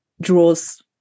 draws